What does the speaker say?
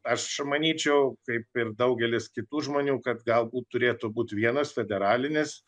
aš manyčiau kaip ir daugelis kitų žmonių kad galbūt turėtų būt vienas federalinis